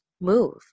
move